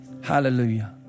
Hallelujah